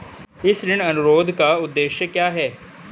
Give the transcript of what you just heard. इस ऋण अनुरोध का उद्देश्य क्या है?